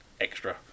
Extra